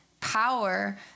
power